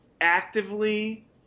actively